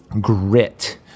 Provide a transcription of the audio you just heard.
grit